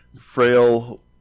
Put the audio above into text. frail